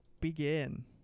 begin